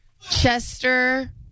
Chester